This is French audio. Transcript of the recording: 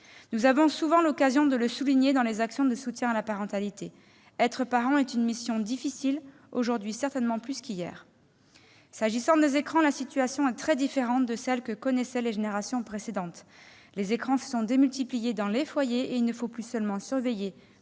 Nous avons souvent l'occasion de le souligner dans le cadre des actions de soutien à la parentalité : être parent est une mission difficile, aujourd'hui certainement plus qu'hier. S'agissant des écrans, la situation est très différente de celle que connaissaient les générations précédentes. Les écrans se sont démultipliés dans les foyers et il faut désormais surveiller